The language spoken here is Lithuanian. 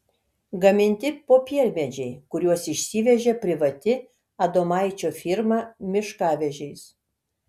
gaminti popiermedžiai kuriuos išsivežė privati adomaičio firma miškavežiais